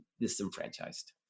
disenfranchised